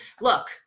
look